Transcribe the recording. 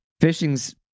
fishing's